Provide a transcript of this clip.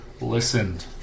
listened